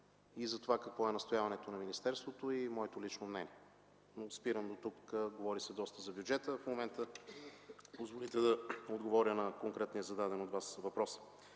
и за това какво е настояването на министерството и моето лично мнение. Спирам дотук. В момента се говори доста за бюджета. Ако ми позволите, да отговоря на конкретния зададен от Вас въпрос.